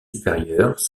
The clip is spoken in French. supérieurs